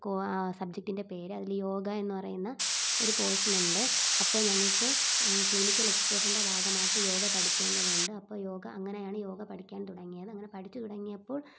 കോ ആ സബ്ജക്റ്റിൻ്റെ പേര് അതിൽ യോഗ എന്ന് പറയുന്ന ഒരു പോർഷൻ ഉണ്ട് അപ്പം ഞങ്ങൾക്ക് ക്ലിനിക്കൽ എക്സ്പോഷറിൻ്റെ ഭാഗമായിട്ട് യോഗ പഠിക്കേണ്ടതുണ്ട് അപ്പം യോഗ അങ്ങനെയാണ് യോഗ പഠിക്കാൻ തുടങ്ങിയത് അങ്ങനെ പഠിച്ച് തുടങ്ങിയപ്പോൾ